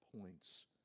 points